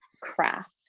craft